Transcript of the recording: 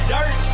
Dirt